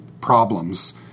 problems